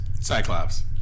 Cyclops